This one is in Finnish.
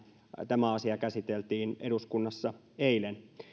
tämä asia käsiteltiin eduskunnassa eilen